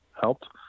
helped